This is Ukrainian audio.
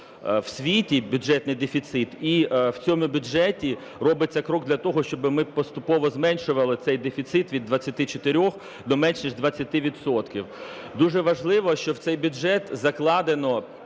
в світі, бюджетний дефіцит. І в цьому бюджеті робиться крок для того, щоб ми поступово зменшували цей дефіцит від 24 до менше ніж 20 відсотків. Дуже важливо, що в цей бюджет закладено,